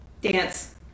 Dance